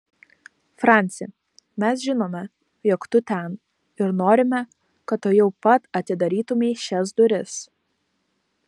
franci mes žinome jog tu ten ir norime kad tuojau pat atidarytumei šias duris